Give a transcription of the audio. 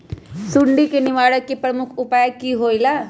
सुडी के निवारण के प्रमुख उपाय कि होइला?